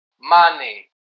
money